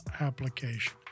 application